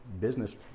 business